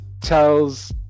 tells